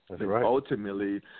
Ultimately